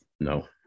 no